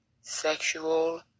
sexual